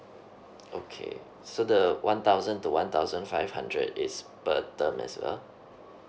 okay so the one thousand to one thousand five hundred is per term as well